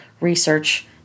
research